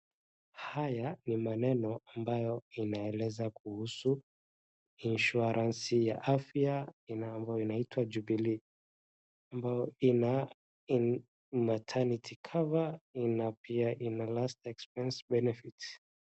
Haya ni maneno ambayo inaeleza kuhusu insurance ya afya ambayo inaitwa Jubilee ambayo ina maternity cover na pia ina last expense benefit .